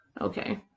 Okay